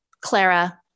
Clara